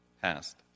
passed